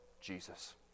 Jesus